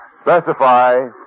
specify